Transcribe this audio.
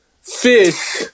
fish